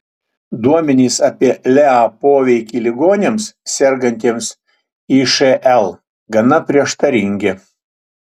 duomenys apie lea poveikį ligoniams sergantiems išl gana prieštaringi